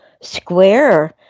square